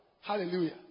Hallelujah